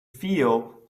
feel